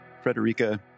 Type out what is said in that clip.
Frederica